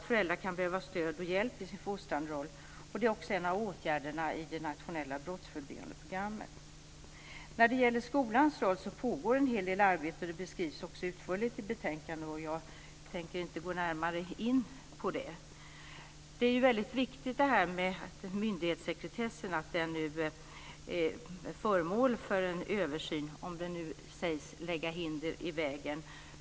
Föräldrar kan behöva stöd och hjälp i sin fostrande roll. Det är också en av åtgärderna i det nationella brottsförebyggande programmet. När det gäller skolans roll pågår en del arbete, och det beskrivs utförligt i betänkandet. Jag tänker inte gå närmare in på det. Det är viktigt att myndighetssekretessen blir föremål för en översyn om den nu lägger hinder i vägen.